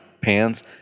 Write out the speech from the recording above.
pans